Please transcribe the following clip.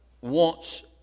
wants